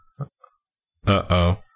Uh-oh